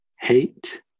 hate